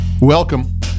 Welcome